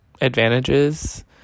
advantages